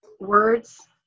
words